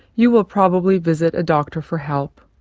you will probably visit a doctor for help.